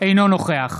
אינו נוכח